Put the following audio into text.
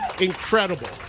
incredible